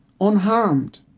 unharmed